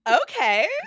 Okay